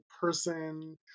person